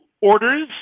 orders